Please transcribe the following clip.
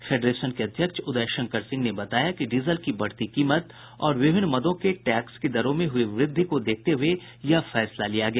federation के अध्यक्ष उदय शंकर सिंह ने बताया कि डीजल की बढ़ती कीमत और विभिन्न मदों के टैक्स की दरों में हुई वृद्धि को देखते हुये यह फैसला लिया गया